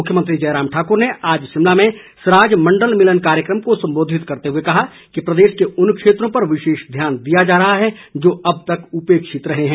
मुख्यमंत्री जयराम ठाकुर ने आज शिमला में सराज मंडल मिलन कार्यक्रम को सम्बोधित करते हुए कहा कि प्रदेश के उन क्षेत्रों पर विशेष ध्यान दिया जा रहा है जो अब तक उपक्षित रहे है